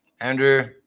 Andrew